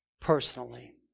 personally